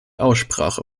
aussprache